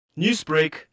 Newsbreak